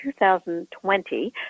2020